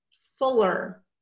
fuller